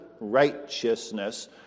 righteousness